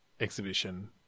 exhibition